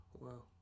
wow